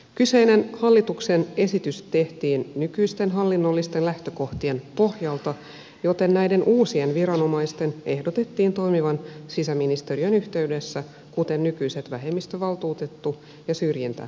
kyseinen hallituksen esitys tehtiin nykyisten hallinnollisten lähtökohtien pohjalta joten näiden uusien viranomaisten ehdotettiin toimivan sisäministeriön yhteydessä kuten nykyiset vähemmistövaltuutettu ja syrjintälautakunta